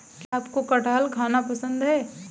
क्या आपको कठहल खाना पसंद है?